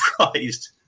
surprised